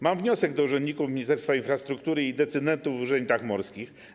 Mam wniosek do urzędników Ministerstwa Infrastruktury i decydentów w urzędach morskich: